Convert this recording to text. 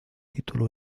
título